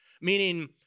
meaning